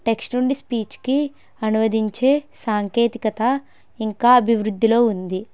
text నుండి స్పీచ్కి అనువదించే సాంకేతికత ఇంకా అభివృద్ధిలో ఉంది